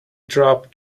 drop